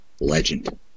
Legend